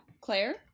Claire